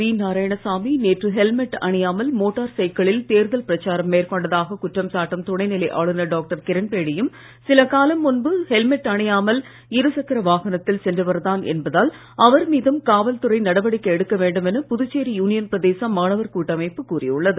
we Narayanasamy நேற்று helmet அணியாமல் motor சைக்கிளில் தேர்தல் பிரச்சாரம் மேற்கொண்டதாக குற்றம் சாட்டும் துணைநிலை ஆளுநர் டாக்டர் கிரண்பேடியும் சில காலம் முன்பு ஹெல்மெட் அணியாமல் இருசக்கர வாகனத்தில் சென்றவர்தான் என்பதால் அவர் மீதும் காவல்துறை நடவடிக்கை எடுக்க வேண்டும் என புதுச்சேரி யூனியன் பிரதேச மாணவர் கூட்டமைப்பு கூறியுள்ளது